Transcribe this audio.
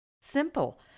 Simple